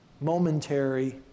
momentary